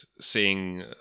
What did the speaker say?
seeing